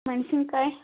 ಮೆಣ್ಸಿನ್ಕಾಯಿ